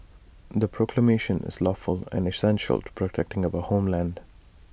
the proclamation is lawful and essential to protecting our homeland